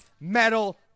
medal